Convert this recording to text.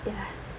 yeah